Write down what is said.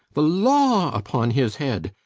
the law upon his head.